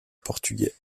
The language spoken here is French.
portugais